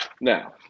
Now